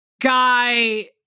guy